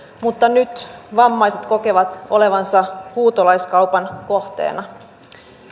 mutta nyt vammaiset kokevat olevansa huutolaiskaupan kohteena